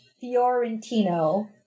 fiorentino